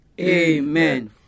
Amen